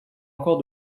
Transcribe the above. encore